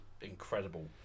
incredible